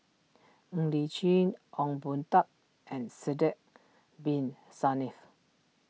Ng Li Chin Ong Boon Tat and Sidek Bin Saniff